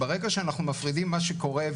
ברגע שאנחנו מפרידים מה שקורה,